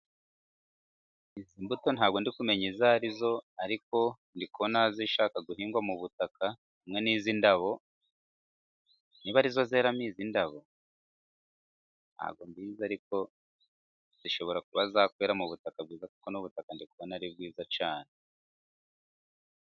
Izi mbuto ntabwo ndi kumenya izo arizo, ariko ndi Kubona zishaka, guhingwa mu butaka, hamwe niz'indabo, niba arizo zeramo iz'indabo, ntabwo mbizi ariko, zishobora kuba zakwera, mu butaka bwiza, kuko n'ububutaka ndikubona, ari bwiza cyane.